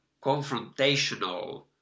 confrontational